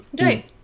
Right